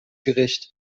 gericht